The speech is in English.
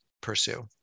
pursue